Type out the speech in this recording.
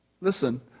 listen